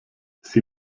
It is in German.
sie